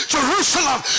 Jerusalem